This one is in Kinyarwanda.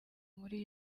muri